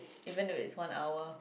even if it's one hour